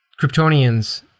Kryptonians